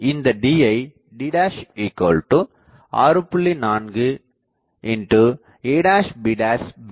இந்த Dயை D 6